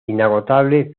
inagotable